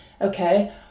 Okay